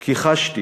כי חשתי